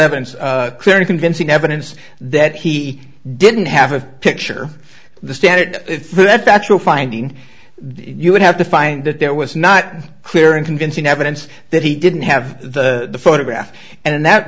evidence of clear and convincing evidence that he didn't have a picture of the stand it if that's factual finding you would have to find that there was not clear and convincing evidence that he didn't have the photograph and in that